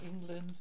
England